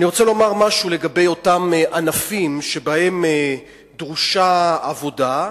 אני רוצה לומר משהו לגבי אותם ענפים שבהם דרושה עבודה,